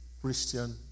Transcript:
Christian